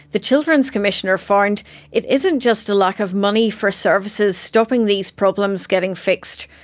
the children's commissioner found it isn't just a lack of money for services stopping these problems getting fixed.